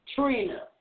Trina